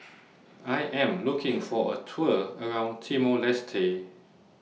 I Am looking For A Tour around Timor Leste